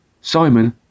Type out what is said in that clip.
Simon